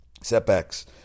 setbacks